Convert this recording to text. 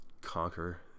Conquer